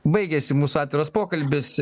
baigėsi mūsų atviras pokalbis